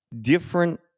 Different